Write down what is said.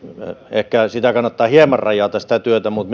ehkä sitä työtä kannattaa hieman rajata mutta